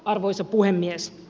arvoisa puhemies